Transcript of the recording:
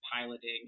piloting